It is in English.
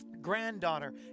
granddaughter